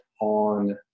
on